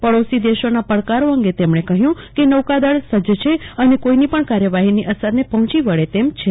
પડોશી દેશના પડકારો અંગે તેમણે કહ્યું કે નૌકાદળ સજજ છે અને કોઈની પણ કાર્યવાહીની અસરને પહોંચી વળે તેમ છે